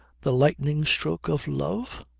the lightning stroke of love?